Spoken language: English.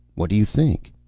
what do you think?